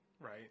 right